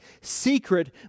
secret